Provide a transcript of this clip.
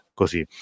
così